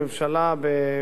במשרד האוצר.